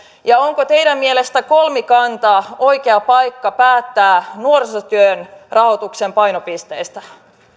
ja onko teidän mielestänne kolmikanta oikea paikka päättää nuorisotyön rahoituksen painopisteistä